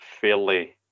fairly